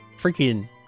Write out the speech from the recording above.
freaking